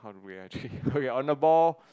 we're actually okay on the ball